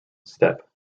steppe